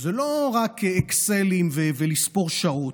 זה לא רק אקסלים ולספור שעות,